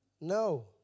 No